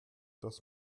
das